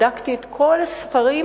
בדקתי את כל הספרים